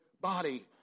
body